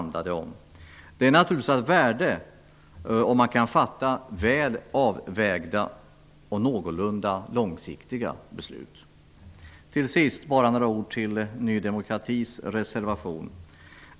Det är naturligtvis av värde om man kan fatta väl avvägda och någorlunda långsiktiga beslut. Till sist vill jag säga några ord om Ny demokratis reservation.